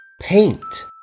Paint